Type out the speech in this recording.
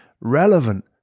relevant